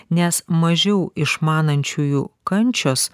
nes mažiau išmanančiųjų kančios